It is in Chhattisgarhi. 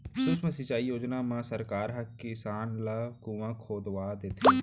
सुक्ष्म सिंचई योजना म सरकार ह किसान ल कुँआ खोदवा देथे